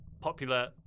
popular